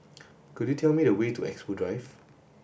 could you tell me the way to Expo Drive